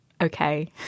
okay